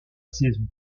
saison